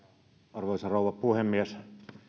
arvoisa rouva puhemies